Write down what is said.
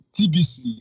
TBC